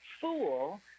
fool—